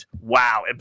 wow